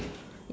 ya